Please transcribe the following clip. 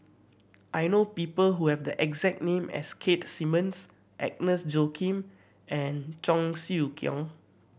I know people who have the exact name as Keith Simmons Agnes Joaquim and Cheong Siew Keong